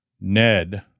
Ned